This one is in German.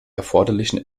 erforderlichen